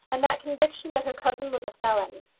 and that conviction that her cousin was a felon.